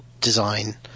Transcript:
design